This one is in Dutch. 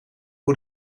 hoe